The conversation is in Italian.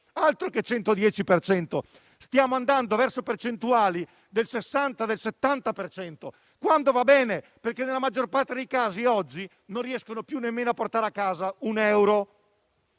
Altro che 110 per cento! Stiamo andando verso percentuali del 60-70 per cento quando va bene, perché nella maggior parte dei casi oggi non riescono più nemmeno a portare a casa un euro.